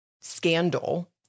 scandal